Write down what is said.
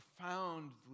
profoundly